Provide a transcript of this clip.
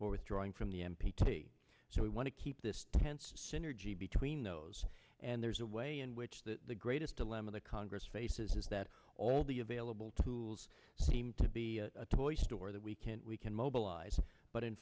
or withdrawing from the n p t so we want to keep the synergy between those and there's a way in which the greatest dilemma the congress faces is that all the available tools seem to be a toy story that we can't we can mobilize but in